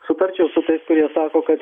sutarčiau su tais kurie sako kad